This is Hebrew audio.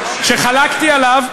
שחלקתי עליו,